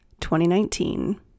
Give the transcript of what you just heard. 2019